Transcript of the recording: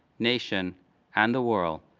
nation and the world,